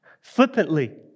flippantly